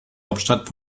hauptstadt